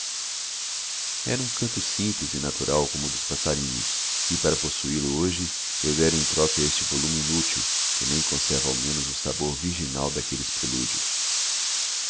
era um canto simples e natural como o dos passarinhos e para possuí-lo hoje eu dera em troca este volume inútil que nem conserva ao menos o sabor virginal daqueles prelúdios